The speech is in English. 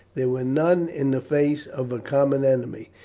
there were none in the face of a common enemy.